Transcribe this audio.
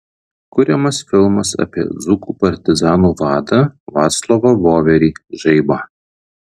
kuriamas filmas apie dzūkų partizanų vadą vaclovą voverį žaibą